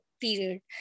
period